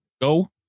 go